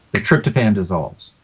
tryptophan dissolves.